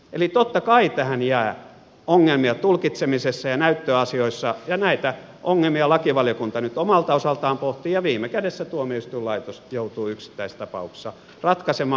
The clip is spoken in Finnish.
eli totta kai tähän jää ongelmia tulkitsemisessa ja näyttöasioissa ja näitä ongelmia lakivaliokunta nyt omalta osaltaan pohtii ja viime kädessä tuomioistuinlaitos joutuu yksittäistapauksissa ratkaisemaan